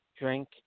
drink